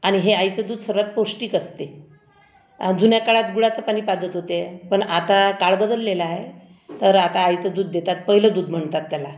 आणि हे आईचं दूध सर्वात पौष्टिक असते आ जुन्या काळात गुळाचं पाणी पाजत होते पण आता काळ बदलेलाय आहे तर आता आईचं दूध देतात पहिलं दूध म्हणतात त्याला